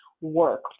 work